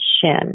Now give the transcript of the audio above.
Shin